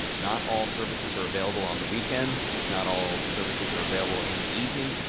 not all services are available on the weekends not all services are available in the evenings,